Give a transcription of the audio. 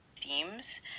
themes